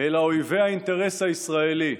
אלא אויבי האינטרס הישראלי,